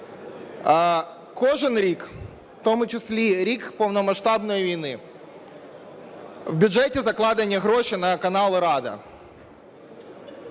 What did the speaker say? Кожен рік, в тому числі рік повномасштабної війни, в бюджеті закладені гроші на канал "Рада".